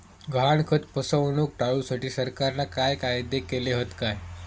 गहाणखत फसवणूक टाळुसाठी सरकारना काय कायदे केले हत काय?